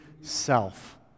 self